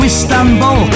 Istanbul